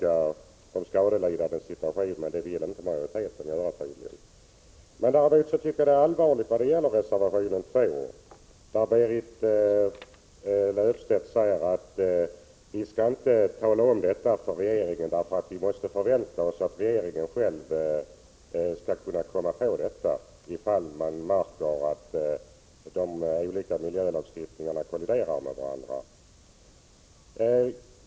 Att man skall samordna lagstiftningarna när det är ändamålsenligt finner jag fortfarande så naturligt att jag ännu inte har lyckats begripa varför vi härifrån skall göra ett uttalande. När det gäller preskriptionstiden är en av avsikterna med fondutredningen — Prot.